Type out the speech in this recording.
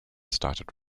started